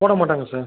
போட மாட்டாங்க சார்